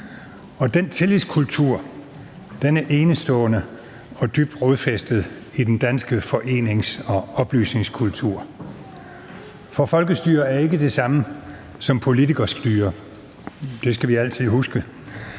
den tillidskultur er enestående og dybt rodfæstet i den danske forenings- og oplysningskultur. For folkestyre er ikke det samme som politikerstyre. Det skal vi altid huske.